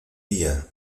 día